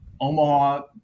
Omaha